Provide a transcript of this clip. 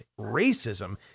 racism